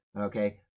Okay